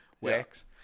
Works